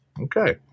Okay